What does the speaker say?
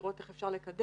לראות איך אפשר לקדם,